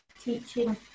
teaching